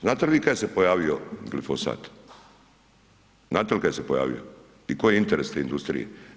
Znate li vi kad se pojavio glifosat, znate li kad se pojavio, i koji je interes te industrije?